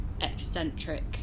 eccentric